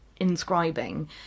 inscribing